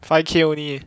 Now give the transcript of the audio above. five K only